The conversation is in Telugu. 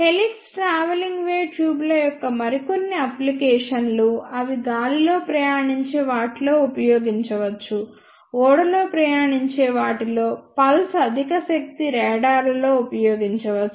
హెలిక్స్ ట్రావెలింగ్ వేవ్ ట్యూబ్ల యొక్క మరికొన్ని అప్లికేషన్ లు అవి గాలిలో ప్రయాణించే వాటిలో ఉపయోగించవచ్చు ఓడలో ప్రయాణించే వాటిలో పల్స్ అధిక శక్తి రాడార్లలో ఉపయోగించవచ్చు